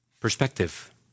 Perspective